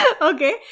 Okay